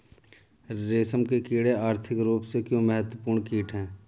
रेशम के कीड़े आर्थिक रूप से क्यों महत्वपूर्ण कीट हैं?